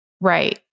Right